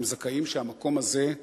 והם זכאים שמהמקום הזה,